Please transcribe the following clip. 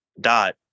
dot